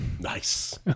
nice